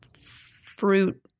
fruit